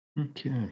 Okay